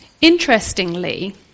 Interestingly